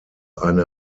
eine